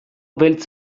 beltz